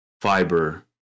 fiber